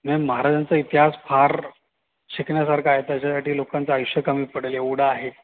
महाराजांचा इतिहास फार शिकण्यासारखा आहे त्याच्यासाठी लोकांचं आयुष्य कमी पडेल एवढं आहे